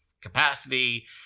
capacity